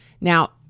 Now